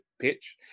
pitch